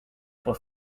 for